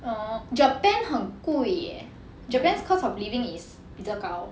oh japan 很贵 eh japan's cost of living is 比较高